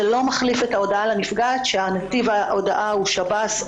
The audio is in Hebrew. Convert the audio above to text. זה לא מחליף את ההודעה לנפגעת שנתיב ההודעה הוא שב"ס,